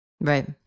Right